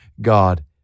God